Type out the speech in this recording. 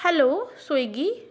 hello Swiggy